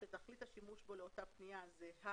שתכלית השימוש בו לאותה פנייה זהה